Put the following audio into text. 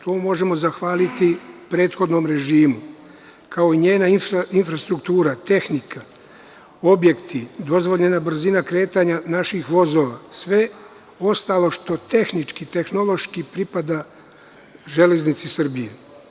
To možemo zahvaliti prethodnom režimu, kao i njena infrastruktura, tehnika, objekti, dozvoljena brzina kretanja naših vozova, sve ostalo što tehnički, tehnološki pripada „Železnici Srbije“